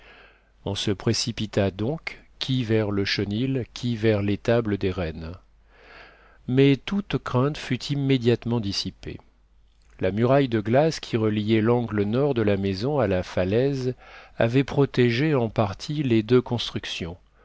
on se précipita donc qui vers le chenil qui vers l'étable des rennes mais toute crainte fut immédiatement dissipée la muraille de glace qui reliait l'angle nord de la maison à la falaise avait protégé en partie les deux constructions